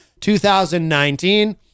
2019